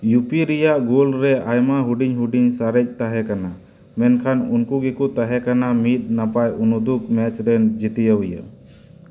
U ᱯᱤ ᱨᱮᱭᱟᱜ goal ᱨᱮ ᱟᱭᱢᱟ ᱦᱩᱰᱤᱧ ᱦᱩᱰᱤᱧ ᱥᱟᱨᱮᱡ ᱛᱟᱦᱮᱸ ᱠᱟᱱᱟ ᱢᱮᱱᱠᱷᱟᱱ ᱩᱱᱠᱩ ᱜᱮᱠᱚ ᱛᱟᱦᱮᱸ ᱠᱟᱱᱟ ᱢᱤᱫ ᱱᱟᱯᱟᱭ ᱩᱱᱩᱫᱩᱜ ᱢᱮᱪ ᱨᱮᱱ ᱡᱟᱹᱛᱭᱟᱹ ᱤᱭᱟᱹ